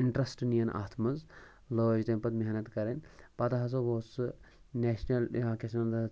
interest نِیَن اَتھ منٛز لٲج تٔمۍ پَتہٕ محنت کَرٕنۍ پَتہٕ ہَسا گوٚو سُہ نیٚشنَل کیاہ چھِ وَنان